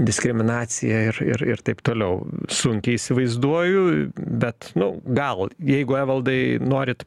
diskriminacija ir ir ir taip toliau sunkiai įsivaizduoju bet nu gal jeigu evaldai norit